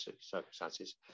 circumstances